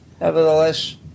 nevertheless